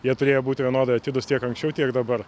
jie turėjo būti vienodai atidūs tiek anksčiau tiek dabar